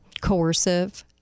coercive